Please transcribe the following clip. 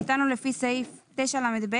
שניתן לו לפי סעיף 9לב,